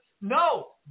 No